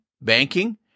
banking